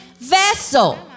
vessel